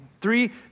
Three